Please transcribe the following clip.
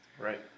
Right